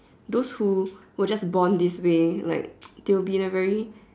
those who were just born this way like they would be in a very